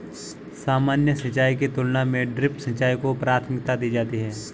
सामान्य सिंचाई की तुलना में ड्रिप सिंचाई को प्राथमिकता दी जाती है